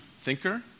thinker